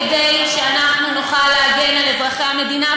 כדי שאנחנו נוכל להגן על אזרחי המדינה,